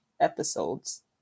episodes